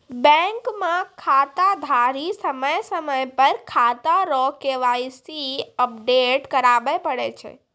bank मे खाताधारी समय समय पर खाता रो के.वाई.सी अपडेट कराबै पड़ै छै